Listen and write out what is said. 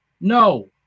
no